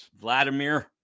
Vladimir